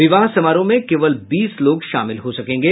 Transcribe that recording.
विवाह समारोह में केवल बीस लोग शामिल हो सकेंगे